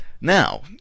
now